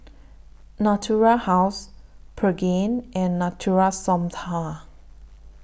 Natura House Pregain and Natura Stoma